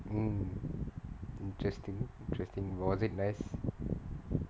hmm interesting interesting was it nice